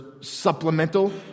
supplemental